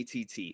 ATT